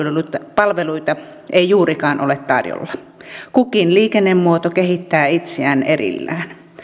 palveluita ei juurikaan ole tarjolla kukin liikennemuoto kehittää itseään erillään